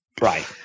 Right